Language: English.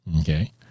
Okay